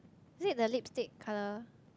is it the lipstick colour